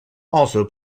also